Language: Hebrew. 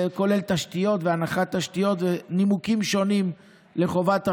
זה כולל תשתיות והנחת תשתיות ונימוקים שונים לחובת הרישיון.